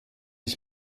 ich